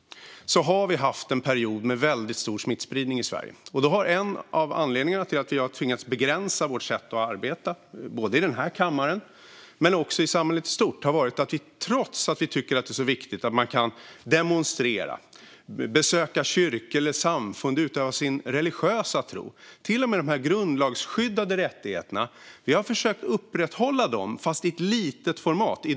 Vi har haft en period med väldigt stor smittspridning i Sverige. Med anledning av det har vi tvingats begränsa vårt sätt att arbeta, i den här kammaren och i samhället i stort. Det gäller också att demonstrera, besöka kyrkor eller samfund och utöva sin religiösa tro, trots att vi tycker att det är viktigt. Det gäller alltså till och med de grundlagsskyddade rättigheterna. Vi har försökt upprätthålla dem, men i ett litet format.